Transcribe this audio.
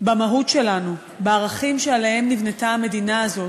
במהות שלנו, בערכים שעליהם נבנתה המדינה הזאת.